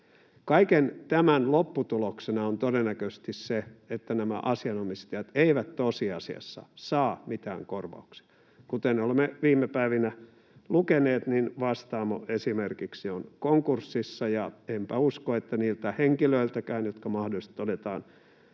Kaiken tämän lopputuloksena on todennäköisesti se, että nämä asianomistajat eivät tosiasiassa saa mitään korvauksia. Kuten olemme viime päivinä lukeneet, esimerkiksi Vastaamo on konkurssissa, ja enpä usko, että niiltä henkilöiltäkään, jotka mahdollisesti todetaan